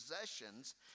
possessions